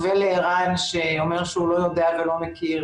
ולערן גלובוס שאומר שהוא לא יודע והוא לא מכיר,